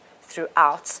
throughout